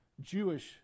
Jewish